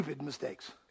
mistakes